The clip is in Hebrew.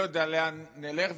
לא יודע לאן נלך.